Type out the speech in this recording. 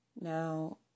Now